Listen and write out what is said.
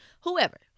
whoever